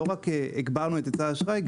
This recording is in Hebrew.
לא רק הגברנו את היצע האשראי,